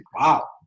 Wow